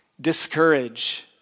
discourage